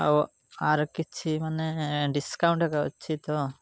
ଆଉ ଆର କିଛି ମାନେ ଡିସକାଉଣ୍ଟ୍ ଏକା ଅଛି ତ